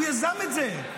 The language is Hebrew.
הוא יזם את זה.